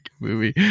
movie